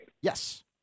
Yes